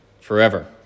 forever